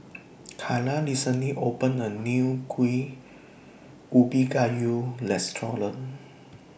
Carla recently opened A New Kueh Ubi Kayu Restaurant